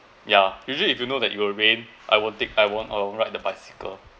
ya usually if you know that it will rain I won't take I won't I won't ride the bicycle